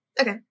Okay